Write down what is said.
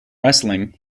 wrestling